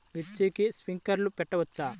మిర్చికి స్ప్రింక్లర్లు పెట్టవచ్చా?